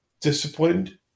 disciplined